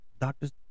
Doctors